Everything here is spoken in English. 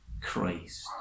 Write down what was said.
Christ